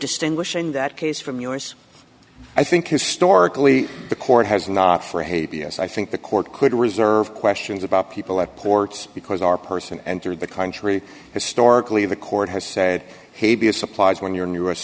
distinguishing that case from us i think historically the court has not for haiti as i think the court could reserve questions about people at ports because our person entered the country historically the court has said hey be a supplies when you're in u